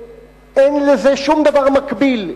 אין לזה שום דבר מקביל,